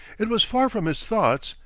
it was far from his thoughts,